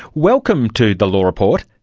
welcome to the law report.